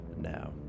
now